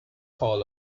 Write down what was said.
hall